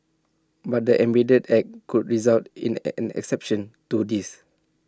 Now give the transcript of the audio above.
but the amended act could result in A an exception to this